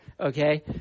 Okay